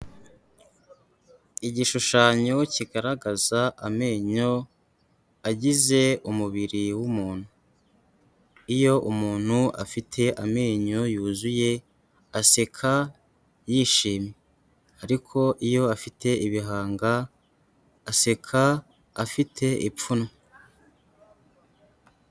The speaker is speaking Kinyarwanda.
Igishushanyo kigaragaza amenyo agize umubiri w'umuntu, iyo umuntu afite amenyo yuzuye aseka yishimye ariko iyo afite ibihanga aseka afite ipfunwe.